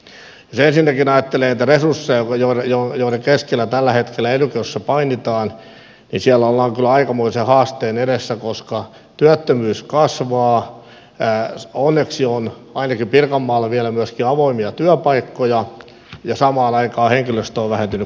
jos ensinnäkin ajattelee niitä resursseja joiden keskellä tällä hetkellä ely keskuksissa painitaan niin siellä ollaan kyllä aikamoisen haasteen edessä koska työttömyys kasvaa onneksi on ainakin pirkanmaalla vielä myöskin avoimia työpaikkoja ja samaan aikaan henkilöstö on vähentynyt kolmanneksella